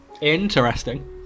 Interesting